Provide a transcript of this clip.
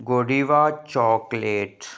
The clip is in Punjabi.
Godiva chocolate